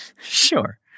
sure